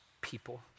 people